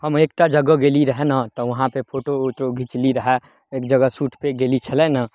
हम एकटा जगह गेली रहय ने तऽ वहाँपर फोटो वोटो घिचली रहय एक जगह सूटपर गेली छली ने